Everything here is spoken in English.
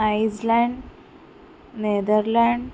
Iceland Netherlands